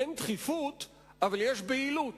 אין דחיפות אבל יש בהילות,